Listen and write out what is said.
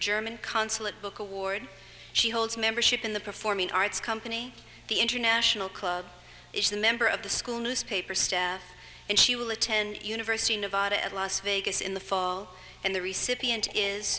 german consulate book award she holds membership in the performing arts company the international club is the member of the school newspaper staff and she will attend university nevada at las vegas in the fall and the recent